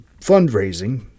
fundraising